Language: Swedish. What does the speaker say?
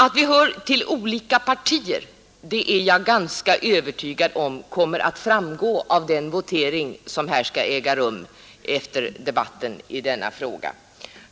Att vi hör till olika partier är jag ganska övertygad om kommer att framgå av den votering som här skall äga rum efter debatten i denna fråga.